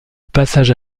passage